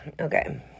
Okay